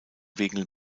wegen